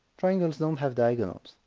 triangles don't have diagonals,